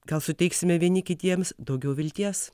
gal suteiksime vieni kitiems daugiau vilties